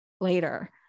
later